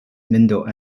middle